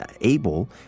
able